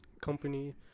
company